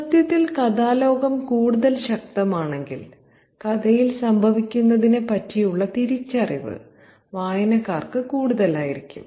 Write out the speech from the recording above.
സത്യത്തിൽ കഥാലോകം കൂടുതൽ ശക്തമാണെങ്കിൽ കഥയിൽ സംഭവിക്കുന്നതിനെ പറ്റിയുള്ള തിരിച്ചറിവ് വായനക്കാർക്ക് കൂടുതലായിരിക്കും